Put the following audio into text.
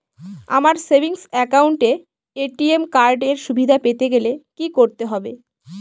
আমার savings account এ ATM card এর সুবিধা পেতে গেলে কি করতে হবে?